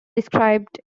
described